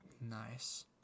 Nice